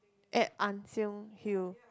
at Ann-Siang-Hill